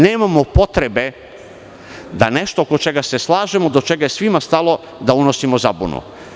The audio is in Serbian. Nema potrebe da nešto oko čega se slažemo, oko čega je svima stalo, unosimo zabunu.